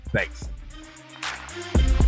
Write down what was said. thanks